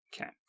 Okay